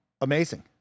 Amazing